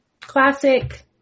classic